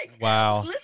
Wow